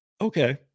okay